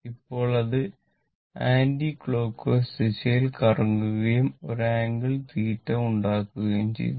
ഇപ്പോൾ അത് ആന്റിക്ലോക്ക്വൈസ് ദിശയിൽ കറങ്ങുകയും ഒരു ആംഗിൾ θ ഉണ്ടാക്കുകയും ചെയ്യുന്നു